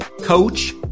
coach